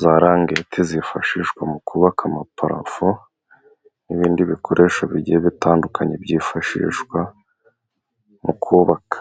za rangete zifashishwa mu kubaka amaparafo, n'ibindi bikoresho bigiye bitandukanye byifashishwa mu kubaka.